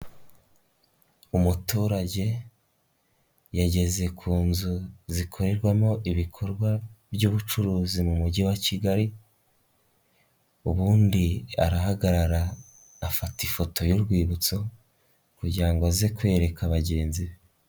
Umuturage, yageze ku nzu zikorerwamo ibikorwa by'ubucuruzi mu mugi wa kigali, ubundi arahagarara afata ifoto y'urwibutso, kugira ngo aze kwereka bagenzi be.